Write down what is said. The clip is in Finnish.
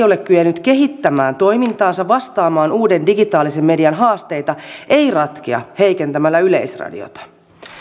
ole kyennyt kehittämään toimintaansa vastaamaan uuden digitaalisen median haasteita ei ratkea heikentämällä yleisradiota